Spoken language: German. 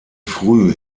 früh